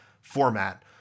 format